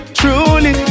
truly